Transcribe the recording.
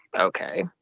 okay